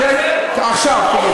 אתה יודע מה?